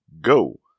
go